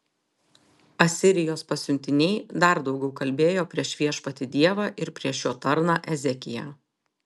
asirijos pasiuntiniai dar daugiau kalbėjo prieš viešpatį dievą ir prieš jo tarną ezekiją